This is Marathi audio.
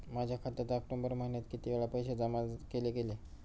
माझ्या खात्यात ऑक्टोबर महिन्यात किती वेळा पैसे जमा केले गेले?